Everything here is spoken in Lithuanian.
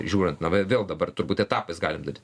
žiūrint na ir vėl dabar turbūt etapais gali būti